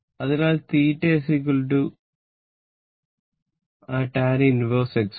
അതിനാൽ θ tan 1XR